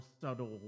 subtle